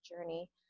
journey